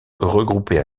regroupée